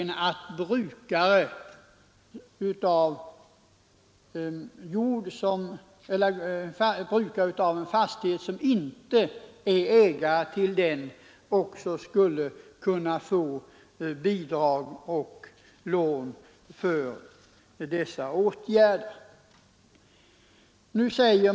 Vi har framfört krav på att en brukare av en fastighet som inte är ägare till den också skulle kunna få bidrag och lån för de åtgärder det här gäller.